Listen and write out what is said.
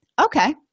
Okay